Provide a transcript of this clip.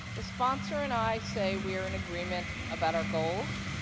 the sponsor and i say we are in agreement about our goals.